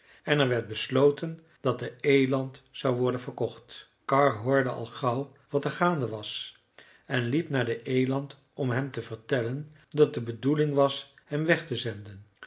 en er werd besloten dat de eland zou worden verkocht karr hoorde al gauw wat er gaande was en liep naar den eland om hem te vertellen dat de bedoeling was hem weg te zenden